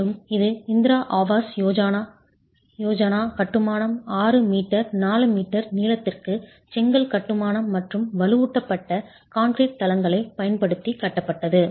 மேலும் இது இந்திரா ஆவாஸ் யோஜனா கட்டுமானம் 6 மீட்டர் 4 மீட்டர் நீளத்திற்கு செங்கல் கட்டுமானம் மற்றும் வலுவூட்டப்பட்ட கான்கிரீட் தளங்களைப் பயன்படுத்தி கட்டப்பட்டது